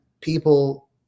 people